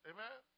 Amen